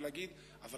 ולהגיד: אבל,